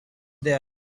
there